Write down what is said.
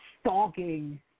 stalking